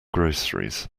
groceries